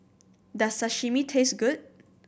does Sashimi taste good